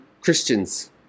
Christians